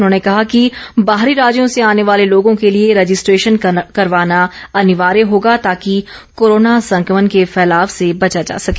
उन्होंने कहा कि बाहरी राज्यों से आने वाले लोगों के लिए रजिस्ट्रेशन करवाना अनिवार्य होगा ताकि कोरोना संकमण के फैलाव से बचा जा सके